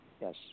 Yes